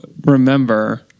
remember